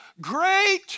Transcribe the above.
great